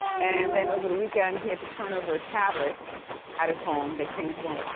and then over the weekend, he had to turn over a tablet at his home, they came to the home,